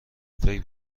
فکر